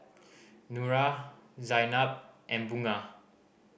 Nura Zaynab and Bunga